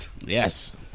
Yes